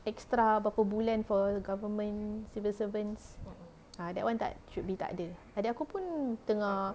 extra berapa bulan for government civil servants ah that [one] tak should be tak ada adik aku pun tengah